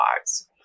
lives